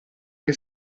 che